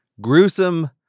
gruesome